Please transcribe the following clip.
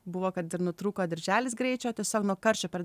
buvo kad ir nutrūko dirželis greičio tiesiog nuo karščio per